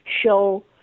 show